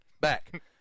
back